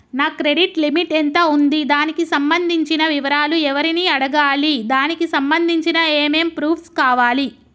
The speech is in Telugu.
నా క్రెడిట్ లిమిట్ ఎంత ఉంది? దానికి సంబంధించిన వివరాలు ఎవరిని అడగాలి? దానికి సంబంధించిన ఏమేం ప్రూఫ్స్ కావాలి?